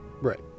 Right